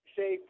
say